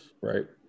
right